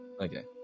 Okay